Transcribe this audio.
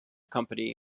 company